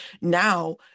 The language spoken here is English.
now